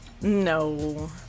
No